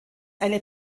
eine